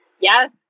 Yes